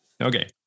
Okay